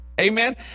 Amen